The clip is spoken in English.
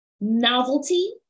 novelty